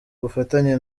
bufatanye